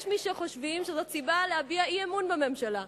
יש מי שחושבים שזאת סיבה להביע אי-אמון בממשלה,